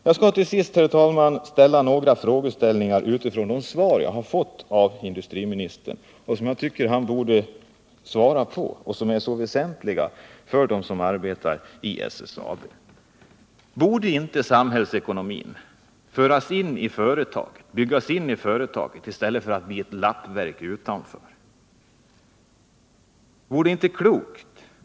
Jag skall till sist, herr talman, ställa några frågor utifrån de svar jag har fått av industriministern, som jag tycker han borde svara på och som är väsentliga för dem som arbetar i SSAB. 1. Borde inte samhällsekonomin byggas in i företaget i stället för att bli ett lappverk utanför? 2.